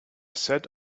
said